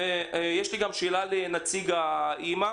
יש לי גם שתי שאלות לנציגה של האימא,